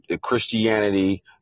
Christianity